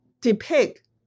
depict